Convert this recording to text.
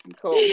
cool